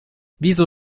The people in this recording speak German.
wieso